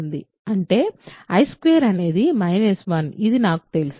ఎందుకంటే i2 అనేది minus 1 ఇది నాకు తెలుసు